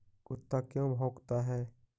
कुत्ता क्यों भौंकता है?